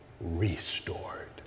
restored